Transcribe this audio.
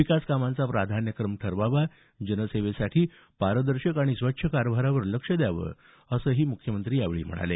विकासकामांचा प्राधान्यक्रम ठरवावा जनसेवेसाठी पारदर्शक आणि स्वच्छ कारभारावर लक्ष द्यावं असंही मुख्यमंत्री यावेळी म्हणाले